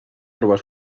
trobar